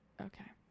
Okay